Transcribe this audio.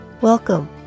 Welcome